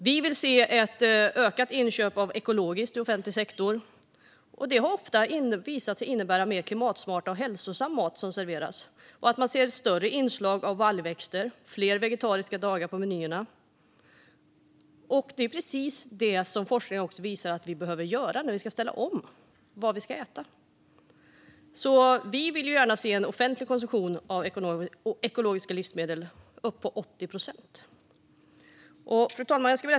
Vi vill se ett ökat inköp av ekologiska livsmedel i offentlig sektor, också för att det visat sig innebära att mer klimatsmart och hälsosam mat serveras. Vi ser större inslag av baljväxter och fler vegetariska dagar på menyerna. Det är precis detta forskningen visar att vi behöver göra när vi ska ställa om det vi ska äta. Miljöpartiet vill därför få upp den offentliga konsumtionen av ekologiska livsmedel till 80 procent. Fru talman!